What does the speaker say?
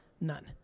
none